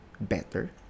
better